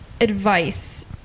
advice